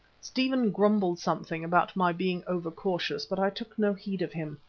stephen grumbled something about my being over-cautious, but i took no heed of him.